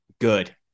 Good